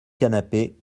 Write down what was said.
canapé